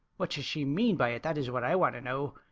what does she mean by it, that is what i want to know.